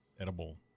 edible